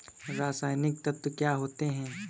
रसायनिक तत्व क्या होते हैं?